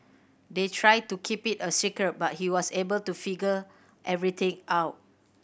they tried to keep it a secret but he was able to figure everything out